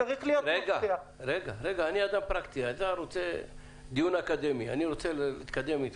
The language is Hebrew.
אני רוצה להתקדם איתך.